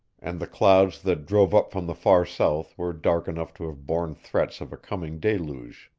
and the clouds that drove up from the far south were dark enough to have borne threats of a coming deluge.